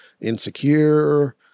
insecure